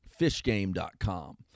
fishgame.com